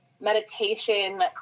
meditation